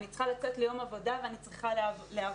אני צריכה לצאת ליום עבודה ואני צריכה להרוויח.